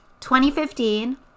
2015